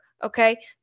Okay